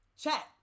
chat